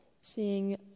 Seeing